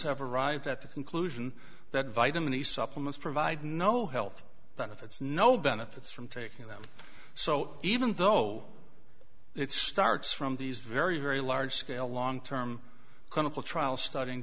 have arrived at the conclusion that vitamin e supplements provide no health benefits no benefits from taking them so even though it starts from these very very large scale long term clinical trials studying